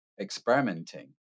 experimenting